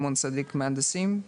רימון שדה מהנדסים.